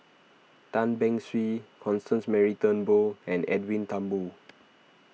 Tan Beng Swee Constance Mary Turnbull and Edwin Thumboo